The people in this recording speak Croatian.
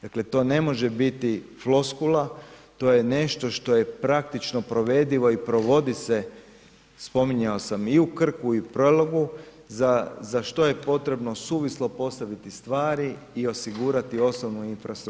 Dakle to ne može biti floskula, to je nešto što je praktično provedivo i provodi se, spominjao sam i u Krku i Prelogu za što je potrebno suvišno postaviti stvari i osigurati osnovnu infrastrukturu.